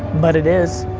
but it is.